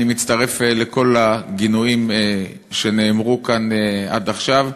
אני מצטרף לכל הגינויים שנאמרו כאן עד עכשיו,